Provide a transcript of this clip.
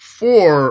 four